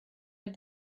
had